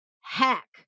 heck